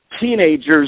teenagers